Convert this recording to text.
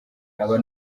aba